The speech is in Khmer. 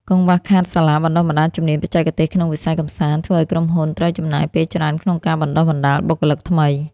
កង្វះខាតសាលាបណ្តុះបណ្តាលជំនាញបច្ចេកទេសក្នុងវិស័យកម្សាន្ត ធ្វើឱ្យក្រុមហ៊ុនត្រូវចំណាយពេលច្រើនក្នុងការបណ្តុះបណ្តាលបុគ្គលិកថ្មី។